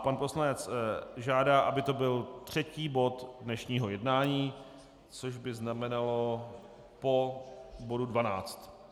Pan poslanec žádá, aby to byl třetí bod dnešního jednání, což by znamenalo po bodu 12.